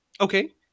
Okay